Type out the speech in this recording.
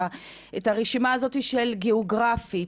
את הרשימה הזאת של פריסה גיאוגרפית,